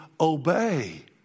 obey